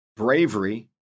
Bravery